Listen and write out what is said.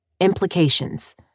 Implications